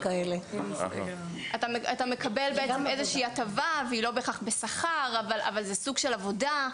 אתה מקבל בעצם איזו שהיא הטבה והיא לא בהכרח בשכר אבל זה סוג של עבודה.